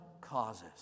causes